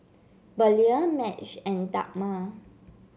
Belia Madge and Dagmar